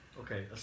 Okay